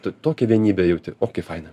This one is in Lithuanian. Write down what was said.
tu tokią vienybę jauti o kaip faina